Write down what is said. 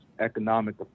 Economic